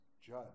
judge